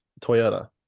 toyota